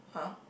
!huh!